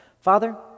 Father